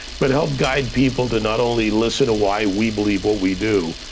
but help guide people to not only listen to why we believe what we do,